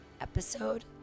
episode